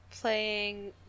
playing